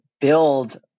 build